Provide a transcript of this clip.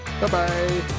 bye-bye